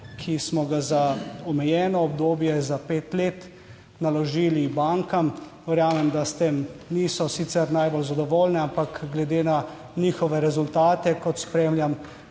ki smo ga za omejeno obdobje za pet let naložili bankam, verjamem, da s tem niso sicer najbolj zadovoljne, ampak glede na njihove rezultate, kot spremljam,